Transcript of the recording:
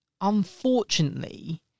unfortunately